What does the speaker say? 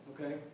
okay